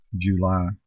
July